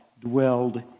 dwelled